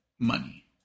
Money